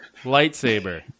lightsaber